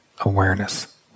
awareness